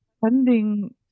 funding